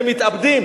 הם מתאבדים,